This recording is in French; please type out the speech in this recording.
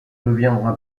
deviendra